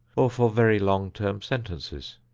or for very long-term sentences.